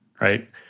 right